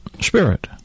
spirit